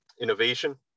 innovation